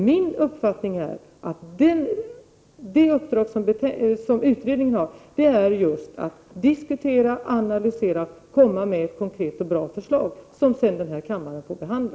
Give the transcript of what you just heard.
Min uppfattning är att det uppdrag som utredningen har är just att diskutera, analysera och komma med ett konkret och bra förslag, som sedan denna kammare får behandla.